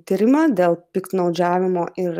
tyrimą dėl piktnaudžiavimo ir